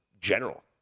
general